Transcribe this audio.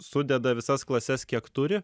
sudeda visas klases kiek turi